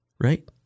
right